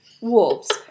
Wolves